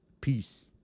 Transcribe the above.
Peace